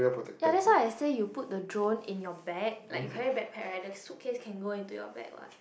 ya that what I say you put the drone in your bag like you carry bag pack right the suitcase can go into your backpack what